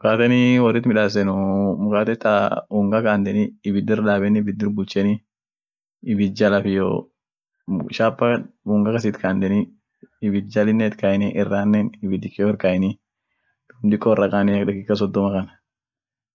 kurtumii akninfed mii ishia ka garaa kasajiseni, ak ishin haraka